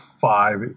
five